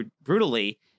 brutally